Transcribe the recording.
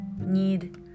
need